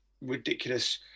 ridiculous